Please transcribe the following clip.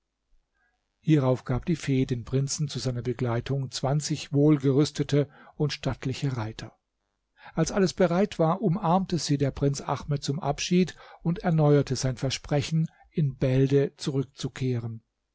hierauf gab die fee den prinzen zu seiner begleitung zwanzig wohlgerüstete und stattliche reiter als alles bereit war umarmte sie der prinz ahmed zum abschied und erneuerte sein versprechen in bälde zurückzukehren